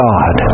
God